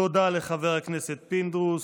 תודה לחבר הכנסת פינדרוס.